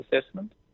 assessment